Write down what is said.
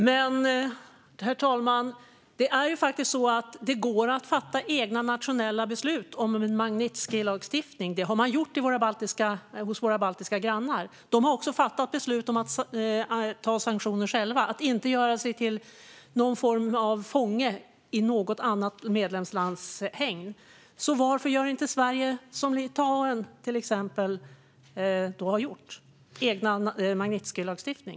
Herr talman! Men det är ju faktiskt så att det går att fatta egna nationella beslut om en Magnitskijlagstiftning. Det har man gjort hos våra baltiska grannar. De har fattat beslut om att införa sanktioner själva och inte göra sig till någon form av fånge i något annat medlemslands hägn. Varför gör inte Sverige som till exempel Litauen har gjort och inför en egen Magnitskijlagstiftning?